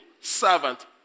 servant